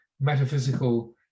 metaphysical